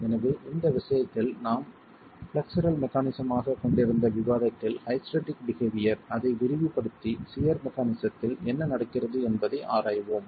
எனவே இந்த விஷயத்தில் நாம் ஃப்ளெக்சுரல் மெக்கானிஸம் ஆக கொண்டிருந்த விவாதத்தில் ஹைஸ்டெரெடிக் பிஹேவியர் அதை விரிவுபடுத்தி சியர் மெக்கானிஸத்தில் என்ன நடக்கிறது என்பதை ஆராய்வோம்